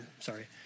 sorry